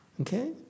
Okay